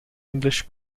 english